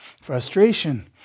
frustration